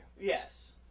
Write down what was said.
Yes